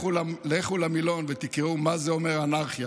לכו למילון ותקראו מה זה אומר אנרכיה.